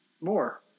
more